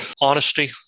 honesty